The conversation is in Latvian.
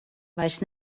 vairs